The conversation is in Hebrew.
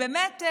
באמת,